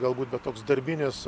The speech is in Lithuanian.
galbūt bet toks darbinis